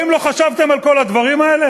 האם לא חשבתם על כל הדברים האלה?